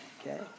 okay